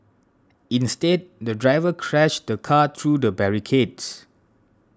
instead the driver crashed the car through the barricades